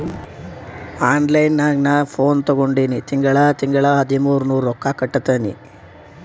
online ನಾಗ್ ನಾ phone ತಗೊಂಡಿನಿ ತಿಂಗಳಾ ತಿಂಗಳಾ ಹದಿಮೂರ್ ನೂರ್ ರೊಕ್ಕಾ ಕಟ್ಟತ್ತಿನಿ